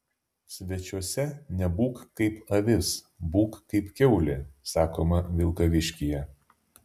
svečiuose nebūk kaip avis būk kaip kiaulė sakoma vilkaviškyje